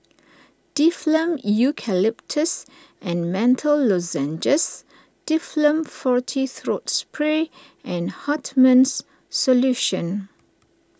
Difflam Eucalyptus and Menthol Lozenges Difflam Forte Throat Spray and Hartman's Solution